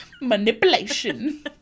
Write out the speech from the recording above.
manipulation